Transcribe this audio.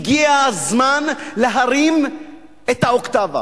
הגיע הזמן להרים את האוקטבה.